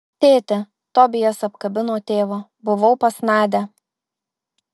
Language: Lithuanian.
tėti tobijas apkabino tėvą buvau pas nadią